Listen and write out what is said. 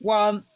one